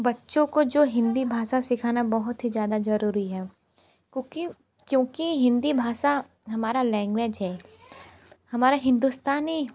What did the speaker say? बच्चों को जो हिंदी भाषा सिखाना बहुत ही ज़्यादा जरूर है क्योंकि हिंदी भाषा हमारा लैंग्वेज है हमारा हिंदुस्तानी